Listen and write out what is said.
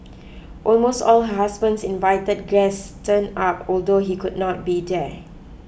almost all her husband's invited guests turn up although he could not be there